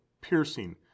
piercing